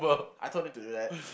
I told him to do that